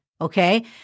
Okay